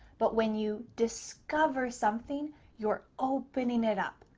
but when you discover something, you're opening it up.